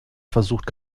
versucht